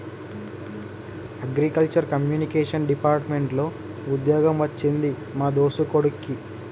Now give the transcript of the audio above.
agriculture communication department లో వుద్యోగం వచ్చింది మా దోస్తు కొడిక్కి